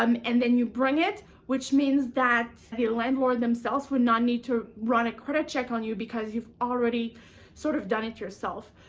um and then you bring it, which means that the landlord themselves would not need to run a credit check on you, because you've already sort of done it yourself,